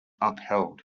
upheld